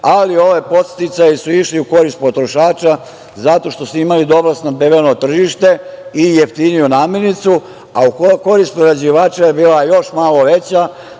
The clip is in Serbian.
ali ovi podsticaji su išli korist potrošača zato što su imali dobro snabdeveno tržište i jeftiniju namirnicu, a u korist prerađivača je bila još malo veća